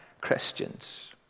Christians